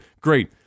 Great